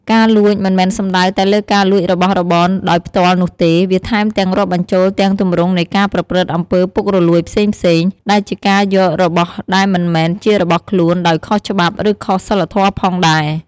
ការលួច មិនមែនសំដៅតែលើការលួចរបស់របរដោយផ្ទាល់នោះទេ វាថែមទាំងរាប់បញ្ចូលទាំងទម្រង់នៃការប្រព្រឹត្តអំពើពុករលួយផ្សេងៗ ដែលជាការយករបស់ដែលមិនមែនជារបស់ខ្លួនដោយខុសច្បាប់ ឬខុសសីលធម៌ផងដែរ។